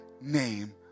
name